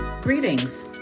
Greetings